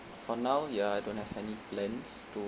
for now ya I don't have any plans to